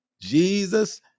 Jesus